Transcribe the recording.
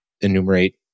enumerate